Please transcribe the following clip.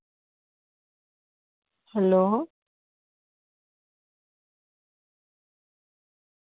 hello